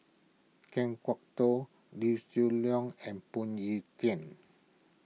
Kan Kwok Toh Liew Leong and Phoon Yew Tien